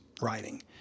writing